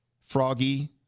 Froggy